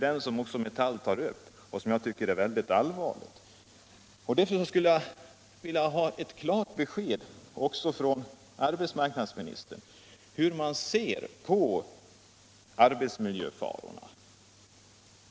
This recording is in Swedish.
Detta är allvarligt och det är den saken Metall tar upp. Jag skulle därför vilja ha ett klart besked från arbetsmarknadsministern om hur han ser på arbetsmiljöfarorna.